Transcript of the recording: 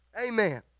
Amen